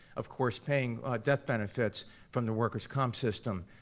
of course, paying death benefits from the worker's comp system.